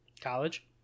college